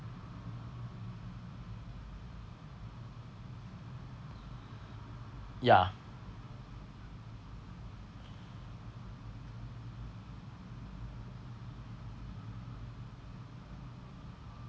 ya